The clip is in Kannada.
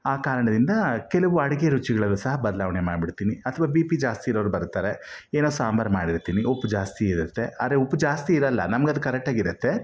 ಆ ಕಾರಣದಿಂದ ಕೆಲವು ಅಡುಗೆ ರುಚಿಗಳಲ್ಲಿ ಸಹ ಬದಲಾವಣೆ ಮಾಡಿಬಿಡ್ತೀನಿ ಅಥವಾ ಬಿ ಪಿ ಜಾಸ್ತಿ ಇರೋರು ಬರ್ತಾರೆ ಏನೋ ಸಾಂಬಾರ್ ಮಾಡಿರ್ತೀನಿ ಉಪ್ಪು ಜಾಸ್ತಿ ಇರುತ್ತೆ ಆರೆ ಉಪ್ಪು ಜಾಸ್ತಿ ಇರಲ್ಲ ನಮ್ಗದು ಕರೆಕ್ಟಾಗಿರುತ್ತೆ